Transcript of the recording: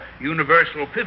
universal